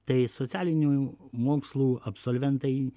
tai socialinių mokslų absolventai